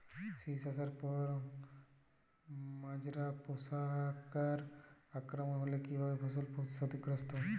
শীষ আসার পর মাজরা পোকার আক্রমণ হলে কী ভাবে ফসল ক্ষতিগ্রস্ত?